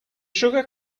sugar